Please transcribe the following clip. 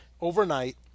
overnight